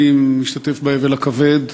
אני משתתף באבל הכבד,